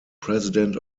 president